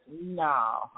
No